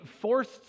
forced